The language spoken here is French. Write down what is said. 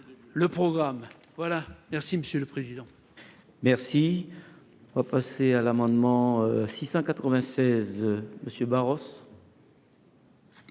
? Oui, monsieur le président.